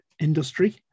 industry